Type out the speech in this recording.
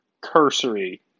cursory